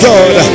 God